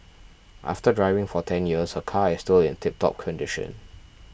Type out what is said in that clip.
after driving for ten years her car is still in tiptop condition